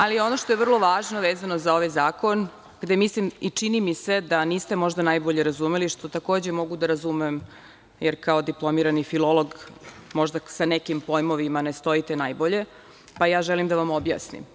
Ali, ono što je vrlo važno vezano za ovaj zakon, gde mislim i čini mi se da niste možda najbolje razumeli, što takođe mogu da razumem, jer kao diplomirani filolog možda sa nekim pojmovima ne stojite najbolje, pa ja želim da vam objasnim.